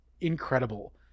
incredible